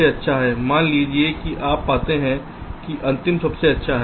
मान लीजिए कि आप पाते हैं कि अंतिम सबसे अच्छा है